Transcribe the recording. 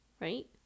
right